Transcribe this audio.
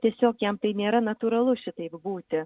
tiesiog jam tai nėra natūralu šitaip būti